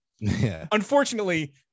unfortunately